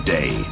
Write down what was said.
Day